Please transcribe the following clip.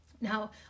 Now